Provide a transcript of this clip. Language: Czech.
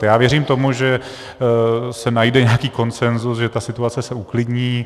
Já věřím tomu, že se najde nějaký konsenzus, že ta situace se uklidní.